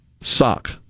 sock